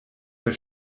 der